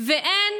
ואין